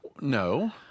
No